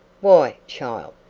why, child,